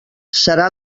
serà